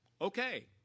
Okay